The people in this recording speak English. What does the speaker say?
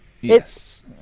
Yes